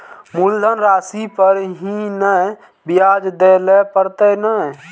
मुलधन राशि पर ही नै ब्याज दै लै परतें ने?